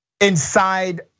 inside